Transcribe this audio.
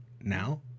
now